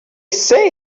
say